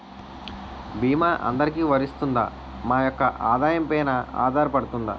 భీమా అందరికీ వరిస్తుందా? మా యెక్క ఆదాయం పెన ఆధారపడుతుందా?